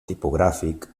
tipogràfic